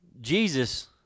Jesus